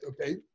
okay